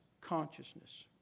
consciousness